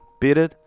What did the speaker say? bitter